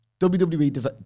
WWE